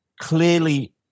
clearly